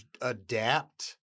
adapt